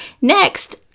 Next